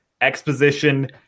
exposition